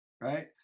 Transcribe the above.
Right